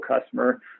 customer